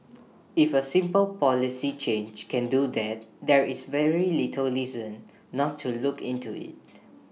if A simple policy change can do that there is very little reason not to look into IT